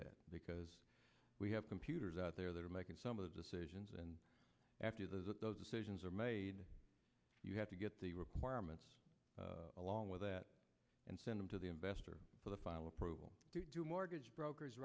that because we have computers out there that are making some of the decisions and after that those decisions are made you have to get the requirements along with that and send them to the investor for the final approval to mortgage brokers